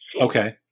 Okay